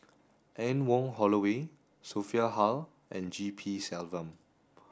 Anne Wong Holloway Sophia Hull and G P Selvam